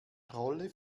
trolle